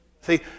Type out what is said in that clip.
See